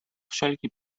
wszelki